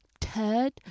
turd